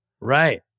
Right